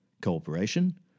cooperation